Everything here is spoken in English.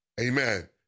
Amen